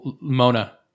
Mona